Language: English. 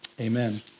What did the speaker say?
amen